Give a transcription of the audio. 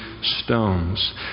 stones